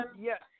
Yes